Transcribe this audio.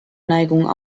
neigung